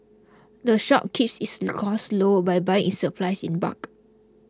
the shop keeps its costs low by buying its supplies in bulk